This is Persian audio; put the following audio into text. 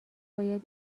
باید